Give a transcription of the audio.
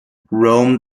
rome